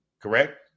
correct